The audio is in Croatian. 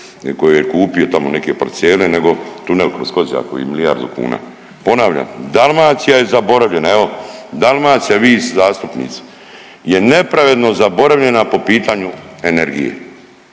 koju je kupio, tamo neke parcele nego tunel kroz Kozjak koji je milijardu kuna. Ponavljam Dalmacija je zaboravljena. Evo Dalmacija vi zastupnici je nepravedno zaboravljena po pitanju energije,